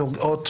נוגעות